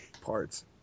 parts